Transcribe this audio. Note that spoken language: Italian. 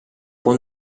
può